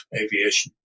aviation